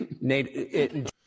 Nate